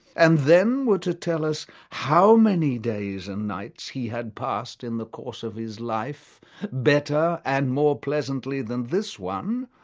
and then were to tell us how many days and nights he had passed in the course of his life better and more pleasantly than this one,